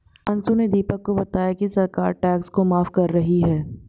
अंशु ने दीपक को बताया कि सरकार टैक्स को माफ कर रही है